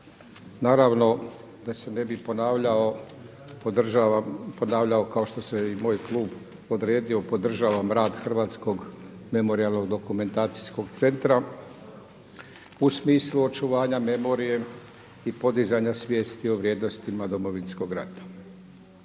naravno da se ne bih ponavljao kao što se i moj klub podredio podržavam rad Hrvatskog memorijalno-dokumentacijskog centra u smislu očuvanja memorije i podizanja svijesti o vrijednostima Domovinskog rata.